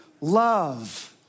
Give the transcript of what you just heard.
love